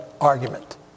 argument